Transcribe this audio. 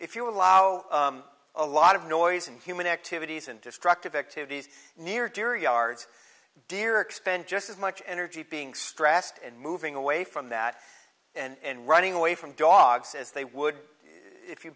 if you allow a lot of noise and human activities and destructive activities near deer yards deer expend just as much energy being stressed and moving away from that and running away from dogs as they would if you